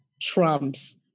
trumps